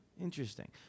Interesting